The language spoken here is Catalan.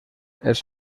els